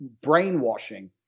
brainwashing